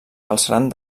galceran